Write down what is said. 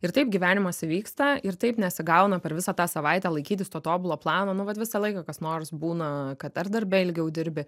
ir taip gyvenimas įvyksta ir taip nesigauna per visą tą savaitę laikytis to tobulo plano nu vat visą laiką kas nors būna kad ar darbe ilgiau dirbi